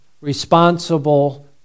responsible